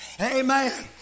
Amen